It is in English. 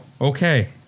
Okay